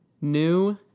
new